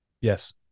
Yes